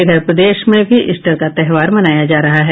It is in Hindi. इधर प्रदेश में भी ईस्टर का त्योहार मनाया जा रहा है